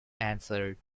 answered